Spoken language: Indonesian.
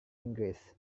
inggris